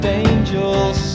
angels